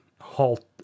halt